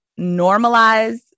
normalize